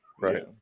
Right